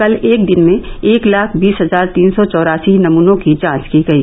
कल एक दिन में एक लाख बीस हजार तीन सौ चौरासी नमनों की जांच की गयी